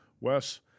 Wes